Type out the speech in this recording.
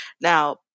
Now